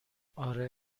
آره